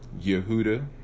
yehuda